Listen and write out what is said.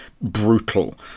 brutal